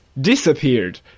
disappeared